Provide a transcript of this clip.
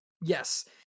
Yes